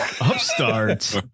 Upstarts